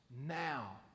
Now